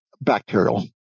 bacterial